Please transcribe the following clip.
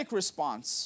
response